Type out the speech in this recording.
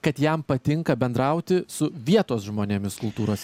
kad jam patinka bendrauti su vietos žmonėmis kultūros